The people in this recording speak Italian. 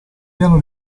piano